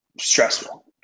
stressful